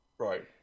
Right